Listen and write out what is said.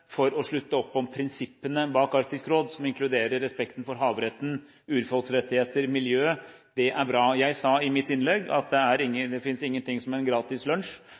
for å slutte opp om prinsippene bak Arktisk råd – som inkluderer respekten for havretten, urfolksrettigheter og miljø – er bra. Jeg sa i mitt innlegg at det finnes ingenting som heter gratis